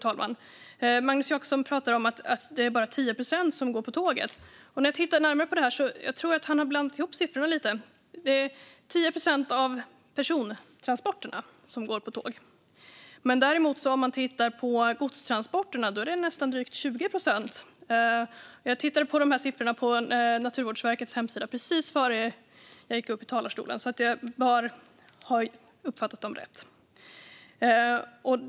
Han talar om att det bara är 10 procent som går med tåg. Jag tror att han har blandat ihop siffrorna lite. Det är 10 procent av persontransporterna som går på tåg. När det gäller godstransporterna är det däremot drygt 20 procent. Jag tittade på dessa siffror på Naturvårdsverkets hemsida precis innan jag gick upp i talarstolen, så jag bör ha uppfattat dem rätt.